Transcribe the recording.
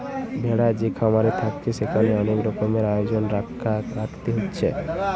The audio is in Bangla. ভেড়া যে খামারে থাকছে সেখানে অনেক রকমের আয়োজন রাখতে হচ্ছে